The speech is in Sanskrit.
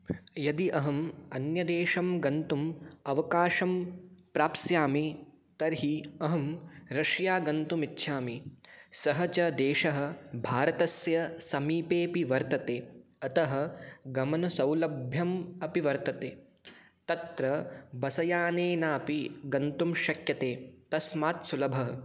यदि अहम् अन्यदेशं गन्तुम् अवकाशं प्राप्स्यामि तर्हि अहं रशिया गन्तुम् इच्छामि सः च देशः भारतस्य समीपेऽपि वर्तते अतः गमनसौलभ्यम् अपि वर्तते तत्र बस्यानेनापि गन्तु शक्यते तस्मात् सुलभः